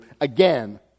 again